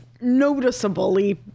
noticeably